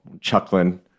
chuckling